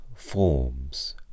forms